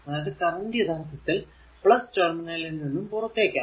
അതായത് കറന്റ് യഥാർത്ഥത്തിൽ ടെർമിനലിൽ നിന്നും പുറത്തേക്കാണ്